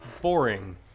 boring